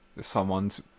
someone's